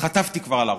וחטפתי כבר על הראש,